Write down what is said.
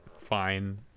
fine